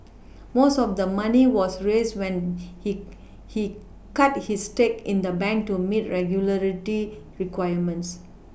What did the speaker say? most of the money was raised when he he cut his stake in the bank to meet regulatory requirements